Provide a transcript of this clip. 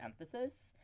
emphasis